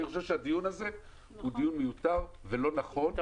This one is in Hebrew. אני חושב שהדיון הזה הוא דיון מיותר ולא נכון,